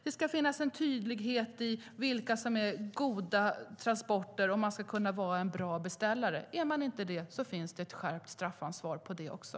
Det ska finnas en tydlighet i vad som är goda transporter, och man ska kunna vara en bra beställare. Är man inte det finns det ett skärpt straffansvar för det också.